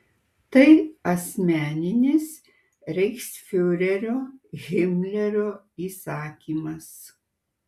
tai asmeninis reichsfiurerio himlerio įsakymas